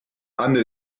under